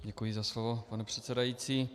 Děkuji za slovo, pane předsedající.